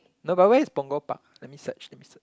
no but where is Punggol Park let me search let me search